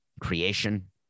creation